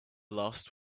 last